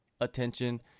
attention